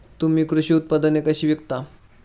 तुम्ही कृषी उत्पादने कशी विकता?